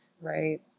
right